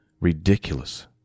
ridiculous